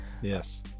Yes